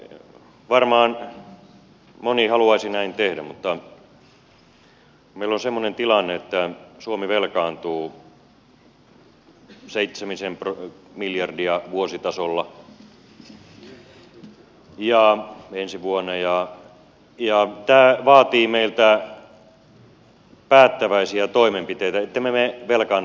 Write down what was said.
varmaan moni haluaisi näin tehdä mutta meillä on semmoinen tilanne että suomi velkaantuu seitsemisen miljardia vuositasolla ensi vuonna ja tämä vaatii meiltä päättäväisiä toimenpiteitä ettemme me velkaannu liikaa